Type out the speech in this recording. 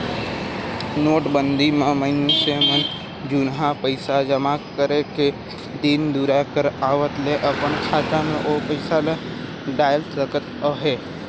नोटबंदी म मइनसे मन जुनहा पइसा जमा करे के दिन दुरा कर आवत ले अपन खाता में ओ पइसा ल डाएल सकत अहे